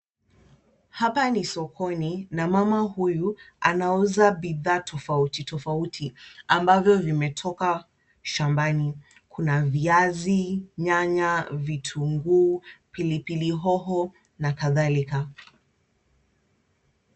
Hapa ni sokoni na mama huyu anauza bidhaa tofauti tofauti ambavyo vimetoka shambani. Kuna viazi, nyanya, vitunguu, pilipili hoho na kadhalika.